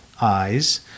eyes